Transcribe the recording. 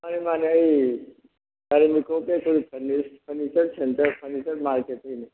ꯃꯥꯟꯅꯦ ꯃꯥꯟꯅꯦ ꯑꯩ ꯀꯥꯏꯔꯦꯟꯕꯤꯈꯣꯛꯇꯒꯤ ꯑꯩꯈꯣꯏꯒꯤ ꯐꯔꯅꯤꯆꯔ ꯁꯦꯟꯇꯔ ꯐꯔꯅꯤꯆꯔ